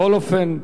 בכל אופן,